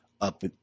up